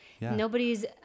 nobody's